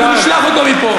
אם לא, אנחנו נשלח אותו מפה.